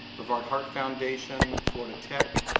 brevard heart foundation, florida tech,